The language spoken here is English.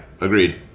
agreed